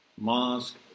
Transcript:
mosque